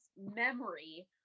memory